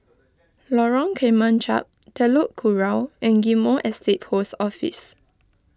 Lorong Kemunchup Telok Kurau and Ghim Moh Estate Post Office